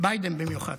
ביידן במיוחד.